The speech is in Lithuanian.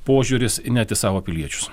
požiūris į net į savo piliečius